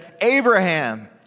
Abraham